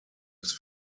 des